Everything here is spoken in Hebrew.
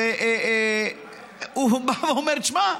והוא אמר לי: תשמע,